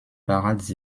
parades